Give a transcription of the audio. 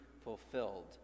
fulfilled